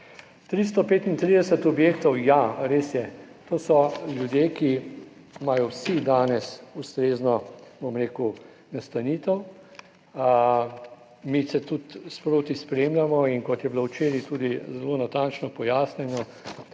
335 objektov, ja, res je. To so ljudje, ki imajo vsi danes ustrezno nastanitev. Mi tudi sproti spremljamo, in kot je bilo včeraj tudi zelo natančno pojasnjeno,